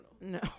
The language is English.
No